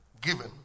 Given